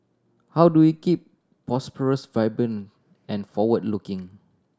how do we keep prosperous vibrant and forward looking